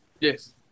Yes